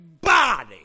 body